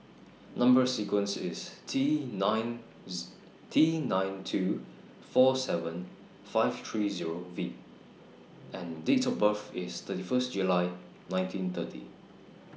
Number sequence IS T ninth T nine two four seven five three Zero V and Date of birth IS thirty First July nineteen thirty